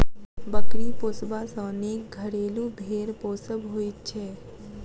बकरी पोसबा सॅ नीक घरेलू भेंड़ पोसब होइत छै